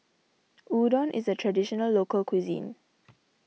Udon is a Traditional Local Cuisine